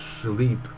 sleep